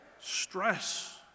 Stress